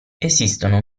esistono